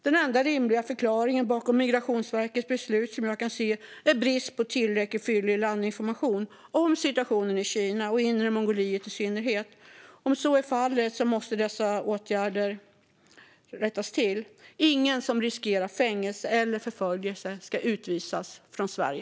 Den enda rimliga förklaring jag kan se till Migrationsverkets beslut är brist på tillräckligt fyllig landinformation om situationen i Kina och Inre Mongoliet i synnerhet. Om så är fallet måste detta rättas till. Ingen som riskerar fängelse eller förföljelse ska utvisas från Sverige.